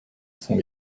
sont